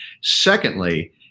Secondly